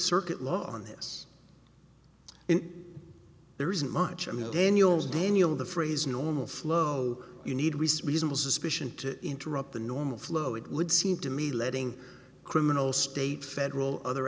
circuit law on this in there isn't much i mean then you'll daniel the phrase normal flow you need research reasonable suspicion to interrupt the normal flow it would seem to me letting criminal state federal other